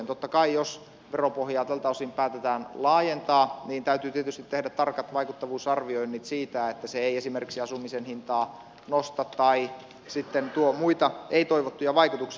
totta kai jos veropohjaa tältä osin päätetään laajentaa täytyy tehdä tarkat vaikuttavuusarvioinnit siitä että se ei esimerkiksi asumisen hintaa nosta tai sitten tuo muita ei toivottuja vaikutuksia